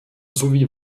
sowie